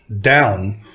down